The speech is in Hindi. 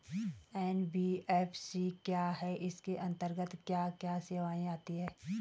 एन.बी.एफ.सी क्या है इसके अंतर्गत क्या क्या सेवाएँ आती हैं?